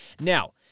Now